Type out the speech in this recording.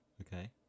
Okay